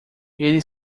ele